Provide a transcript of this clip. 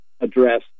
address